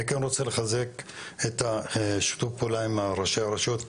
אני כן רוצה לחזק את שיתוף הפעולה עם ראשי הרשויות.